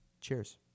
Cheers